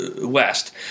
West